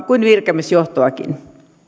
kuin virkamiesjohtoakin